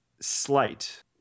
Slight